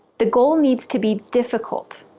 the goal needs to be difficult.